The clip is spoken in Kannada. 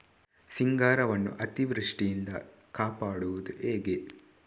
ಸಿಂಗಾರವನ್ನು ಅತೀವೃಷ್ಟಿಯಿಂದ ಕಾಪಾಡುವುದು ಹೇಗೆ?